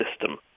system